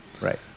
Right